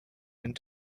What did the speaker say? and